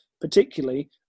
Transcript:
particularly